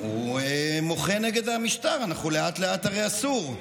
הוא מוחה נגד המשטר, אנחנו, לאט-לאט הרי אסור.